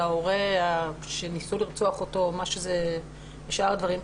ההורה שניסו לרצוח אותו ושאר הדברים,